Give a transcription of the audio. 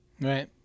Right